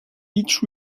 each